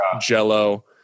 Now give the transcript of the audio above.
Jell-O